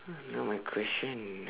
now my question